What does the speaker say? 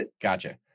gotcha